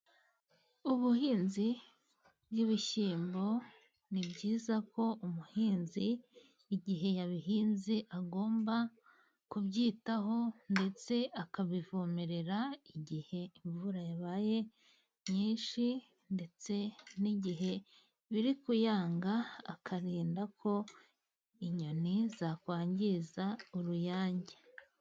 Ubuhinzi bw'ibishyimbo. Ni byiza ko umuhinzi igihe yabihinze agomba kubyitaho ndetse akabivomerera. Igihe imvura yabaye nyinshi ndetse n'igihe biri kuyanga akarinda ko inyoni zakwangiza uruyange.